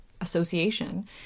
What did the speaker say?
association